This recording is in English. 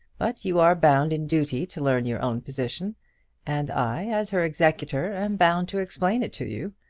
but you are bound in duty to learn your own position and i, as her executor, am bound to explain it to you.